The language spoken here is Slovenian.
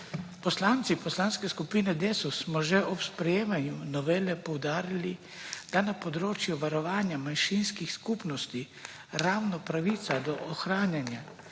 Poslanci Poslanske skupine Desus smo že ob sprejemanju novele poudarili, da na področju varovanja manjšinskih skupnosti ravno pravica do ohranjanja